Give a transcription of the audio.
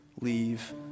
leave